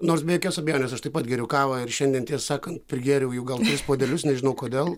nors be jokios abejonės aš taip pat geriu kavą ir šiandien tiesą sakant prigėriau jų gal tris puodelius nežinau kodėl